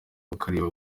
bakareba